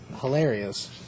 hilarious